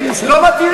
ישראל.